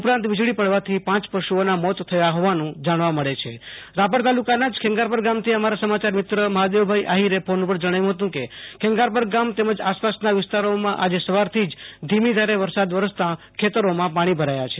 ઉપરાંત વીજળી પડવાથી પાંચ પશુઓના મોત થયા હોવાનું જાણવા મળે છે રાપર તાલુકાના જ ખેંગારપર ગામથી અમારા સમાચાર મિત્ર મહાદેવભાઈ આફીરે ફોન પર જણાવ્યુ હતુ કે ખેંાાર પર ગામ તેમજ આસપાસના વિસ્તારોમાં આજ સવારથી જ ધીમીધારે વરસાદ વરસતા ખેતરીમાં પાણી ભરાયા છે